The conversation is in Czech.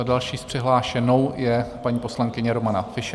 Další přihlášenou je paní poslankyně Romana Fischerová.